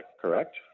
correct